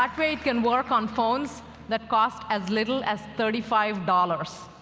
that way, it can work on phones that cost as little as thirty five dollars.